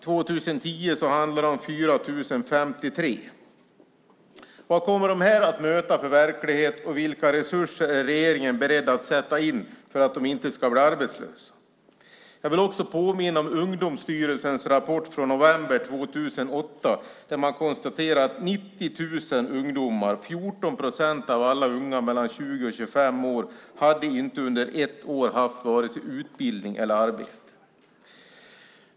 2010 handlar det om 4 053. Vad kommer dessa personer att möta för verklighet, och vilka resurser är regeringen beredd att sätta in för att de inte ska bli arbetslösa? Jag vill också påminna om Ungdomsstyrelsens rapport från november 2008, där man konstaterar att 90 000 ungdomar, 14 procent av alla unga mellan 20 och 25 år, under ett år inte hade haft vare sig utbildning eller arbete.